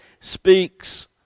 speaks